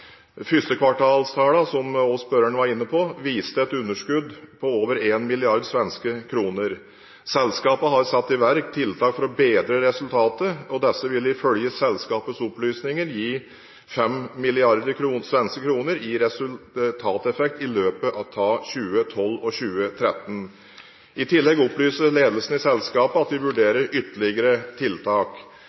som også spørreren var inne på, viste et underskudd på over 1 mrd. svenske kroner. Selskapet har satt i verk tiltak for å bedre resultatet, og disse vil ifølge selskapets opplysninger gi 5 mrd. svenske kroner i resultateffekt i løpet av 2012 og 2013. I tillegg opplyser ledelsen i selskapet at de vurderer ytterligere tiltak.